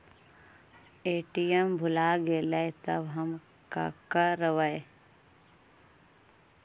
ATM भुला गेलय तब हम काकरवय?